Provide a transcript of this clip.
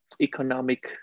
economic